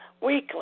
weekly